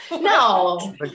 No